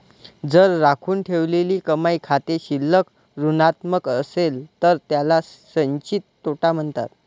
जर राखून ठेवलेली कमाई खाते शिल्लक ऋणात्मक असेल तर त्याला संचित तोटा म्हणतात